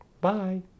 Bye